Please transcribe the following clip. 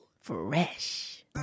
Fresh